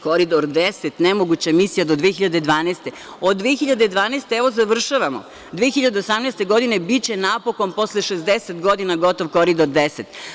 Koridor 10 do 2012. godine, a od 2012. godine, evo završavamo, 2018. godine biće napokon posle 60 godina gotov Koridor 10.